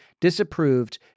disapproved